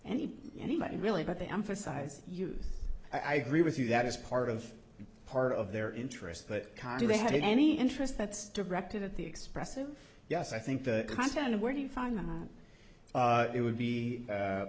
any anybody really but they emphasize use i agree with you that is part of part of their interest but they have any interest that's directed at the expressive yes i think the content of where do you find it would be